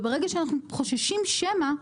ברגע שאנחנו חוששים שמא,